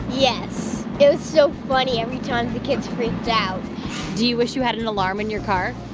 yes. it was so funny every time the kids freaked out do you wish you had an alarm in your car?